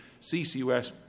CCUS